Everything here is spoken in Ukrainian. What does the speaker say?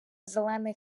зелений